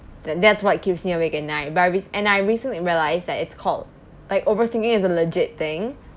th~ that's what keeps me awake at night but I r~ and I recently realised that it's called like overthinking is a legit thing